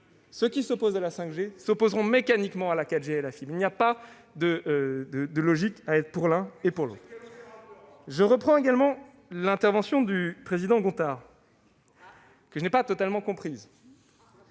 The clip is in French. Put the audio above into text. Ceux qui s'opposent à la 5G s'opposeront mécaniquement à la 4G et à la fibre. Il n'y a pas de logique à être pour l'un et contre l'autre. Je reviendrai maintenant sur l'intervention de M. Gontard, que je n'ai pas totalement comprise.